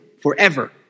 forever